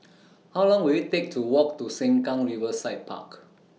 How Long Will IT Take to Walk to Sengkang Riverside Park